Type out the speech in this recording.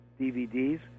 DVDs